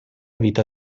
vita